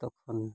ᱛᱚᱠᱷᱚᱱ